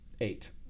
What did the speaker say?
eight